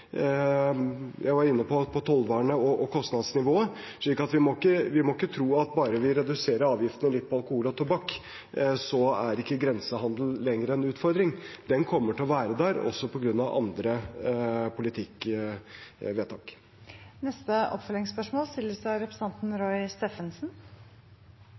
Jeg var inne på tollvarene og på kostnadsnivået: Vi må ikke tro at bare vi reduserer avgiftene litt på alkohol og tobakk, er ikke grensehandelen lenger en utfordring. Den kommer til å være der også på grunn av andre politiske vedtak. Det blir oppfølgingsspørsmål